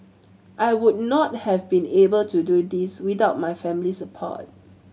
I would not have been able to do this without my family's support